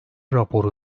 rapor